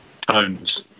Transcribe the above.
tones